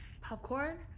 Popcorn